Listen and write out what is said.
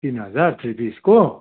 तिन हजार थ्री पिसको